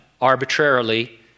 arbitrarily